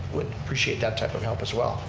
would appreciate that type of help as well.